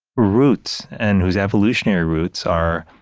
roots and whose evolutionary roots are